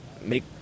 make